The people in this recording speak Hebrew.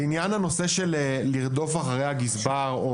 לעניין הנושא של לרדוף אחרי הגזבר,